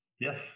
yes